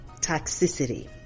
toxicity